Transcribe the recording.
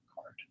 card